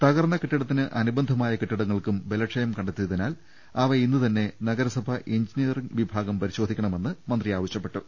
തകർന്ന് കെട്ടിടത്തിന് അനു ബന്ധമായ കെട്ടിടങ്ങൾക്കും ബലക്ഷയം കണ്ടെത്തിയതിനാൽ അവ ഇന്നുതന്നെ നഗരസഭാ എഞ്ചിനിയറിങ്ങ് വിഭാഗം പരിശോധി ക്കണമെന്നും മന്ത്രി ആവശ്യപ്പെട്ടു